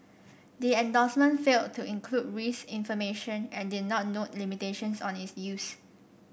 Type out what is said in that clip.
the endorsement failed to include risk information and did not note limitations on its use